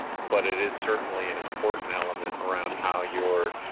but it is certainly an important element around how you're